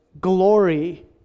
glory